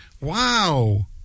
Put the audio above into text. Wow